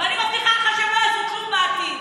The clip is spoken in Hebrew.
ואני מבטיחה לך שהם לא יעשו כלום בעתיד.